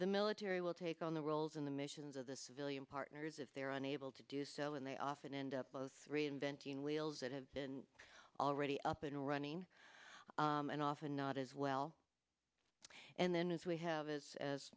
the military will take on the roles in the missions of the civilian partners if they're unable to do so and they often end up both reinventing wheels that have been already up and running and often not as well and then as we have as as